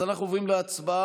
וטענת שהוא צריך לפנות את כיסאו.